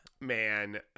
man